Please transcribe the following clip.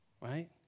right